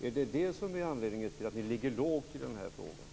Är det anledningen till att ni ligger lågt i den här frågan?